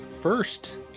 First